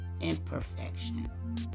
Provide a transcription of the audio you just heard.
imperfection